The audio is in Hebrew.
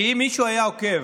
כי אם מישהו היה עוקב